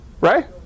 Right